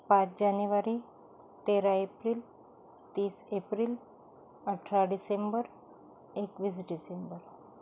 पाच जानेवारी तेरा एप्रिल तीस एप्रिल अठरा डिसेंबर एकवीस डिसेंबर